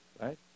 right